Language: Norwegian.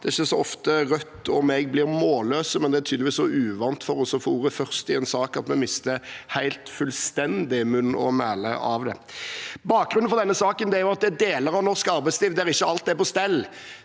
Det er ikke så ofte Rødt og jeg blir målløs, men det er tydeligvis så uvant for oss å få ordet først i en sak at vi mister helt fullstendig munn og mæle av det. Bakgrunnen for denne saken er at det er deler av norsk arbeidsliv der ikke alt er på stell.